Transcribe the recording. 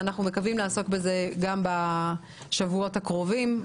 ואנחנו מקווים לעסוק בזה גם בשבועות הקרובים.